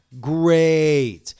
Great